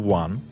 one